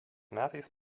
metais